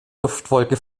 duftwolke